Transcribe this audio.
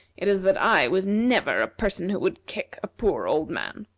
it is that i was never a person who would kick a poor old man.